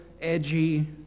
edgy